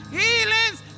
healings